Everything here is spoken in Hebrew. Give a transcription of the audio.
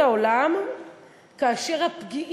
בשנים 2011 2013 פונו 50,000 בני-נוער וילדים